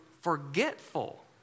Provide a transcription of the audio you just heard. forgetful